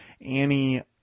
Annie